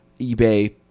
eBay